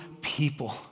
people